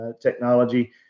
technology